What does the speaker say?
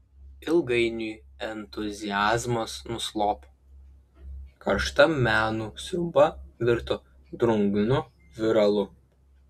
ilgainiui entuziazmas nuslopo karšta menų sriuba virto drungnu viralu